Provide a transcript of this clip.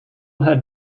had